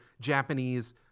japanese